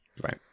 Right